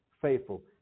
faithful